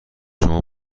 شما